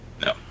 no